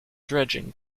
dredging